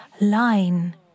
line